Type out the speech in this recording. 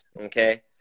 okay